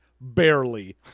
barely